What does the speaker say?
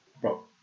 bro